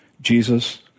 Jesus